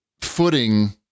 footing